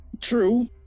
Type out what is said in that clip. True